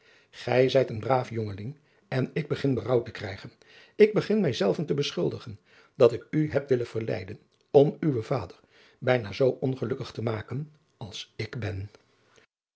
gij zijt een braaf jongeling en ik begin berouw te krijgen ik begin mij zelven te beschuldigen dat ik u heb willen verleiden om uwen vader bijna zoo ongelukkig te maken als ik ben